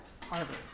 Harvard